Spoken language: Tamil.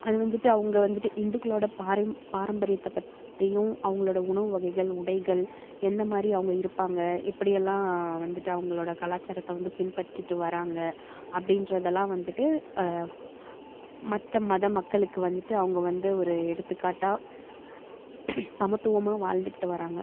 அது வந்துட்டு அவங்க வந்துட்டு இந்துக்களோட பாரம் பாரம்பரியத்தை பற்றியும் அவங்களோட உணவு வகைகள் உடைகள் எந்த மாதிரி அவங்க இருப்பாங்க எப்படியெல்லாம் வந்துட்டு அவங்களோட கலாச்சாரத்தை வந்து பின்பற்றிகிட்டு வராங்க அப்படின்றதெல்லாம் வந்துட்டு மற்ற மத மக்களுக்கு வந்துட்டு அவங்க வந்து ஒரு எடுத்துக்காட்டாக சமத்துவமாக வாழ்ந்துக்கிட்டு வராங்க